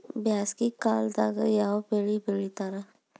ಬ್ಯಾಸಗಿ ಕಾಲದಾಗ ಯಾವ ಬೆಳಿ ಬೆಳಿತಾರ?